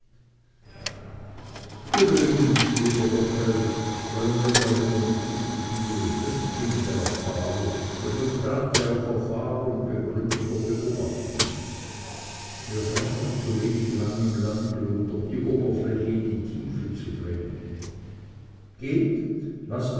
übrigens lieber gotthelf wollen wir darüber nicht disputieren das sind dinge der erfahrung resultate auf erfahrung begründeter beobachtungen ihr seid noch zu wenig lang im lande um durch die oberfläche in die tiefe zu dringen geht laßt